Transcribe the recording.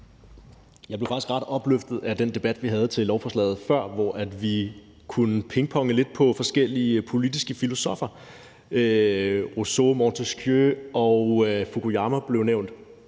Jeg blev faktisk ret opløftet af den debat, vi havde til lovforslaget før, hvor vi kunne pingponge lidt om forskellige politiske filosoffer. Rousseau, Montesquieu og Fukuyama blev nævnt,